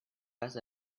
pas